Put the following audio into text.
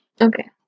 Okay